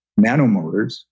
nanomotors